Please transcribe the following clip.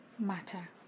matter